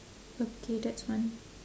okay that's one